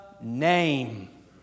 name